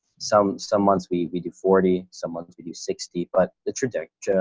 some, some months we do forty, someone to do sixty, but the trajectory,